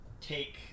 Take